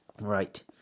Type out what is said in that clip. right